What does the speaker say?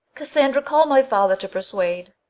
cassandra, call my father to persuade.